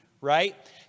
right